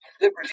liberty